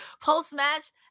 Post-match